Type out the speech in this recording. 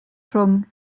rhwng